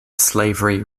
slavery